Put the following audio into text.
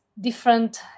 different